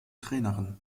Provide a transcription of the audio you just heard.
trainerin